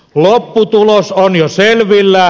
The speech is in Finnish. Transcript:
lopputulos on jo selvillä